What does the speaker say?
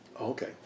Okay